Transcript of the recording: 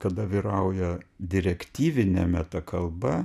kada vyrauja direktyvinė metakalba